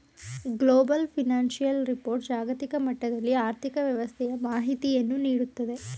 global financial report ಜಾಗತಿಕ ಮಟ್ಟದಲ್ಲಿ ಆರ್ಥಿಕ ವ್ಯವಸ್ಥೆಯ ಮಾಹಿತಿಯನ್ನು ನೀಡುತ್ತದೆ